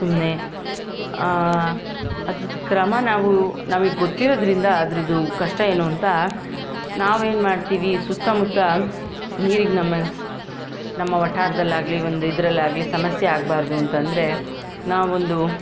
ಸುಮ್ನೆ ಅದರದ್ದು ಕ್ರಮ ನಾವು ನಮಗೆ ಗೊತ್ತಿರೋದರಿಂದ ಅದರದ್ದು ಕಷ್ಟ ಏನು ಅಂತ ನಾವು ಏನು ಮಾಡ್ತೀವಿ ಸುತ್ತಮುತ್ತ ನೀರಿಗೆ ನಮ್ಮ ನಮ್ಮ ವಠಾರದಲ್ಲಾಗ್ಲಿ ಒಂದು ಇದರಲ್ಲಾಗ್ಲಿ ಸಮಸ್ಯೆ ಆಗ್ಬಾರ್ದು ಅಂತ ಅಂದರೆ ನಾವೊಂದು